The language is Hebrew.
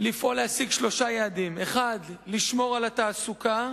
לפעול להשיג שלושה יעדים: 1. לשמור על התעסוקה,